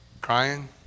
Crying